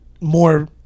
more